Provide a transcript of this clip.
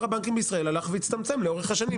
הבנקים בישראל הלך והצטמצם לאורך השנים.